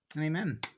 Amen